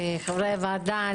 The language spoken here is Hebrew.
לחברי הוועדה,